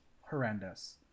horrendous